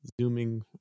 zooming